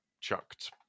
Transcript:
chucked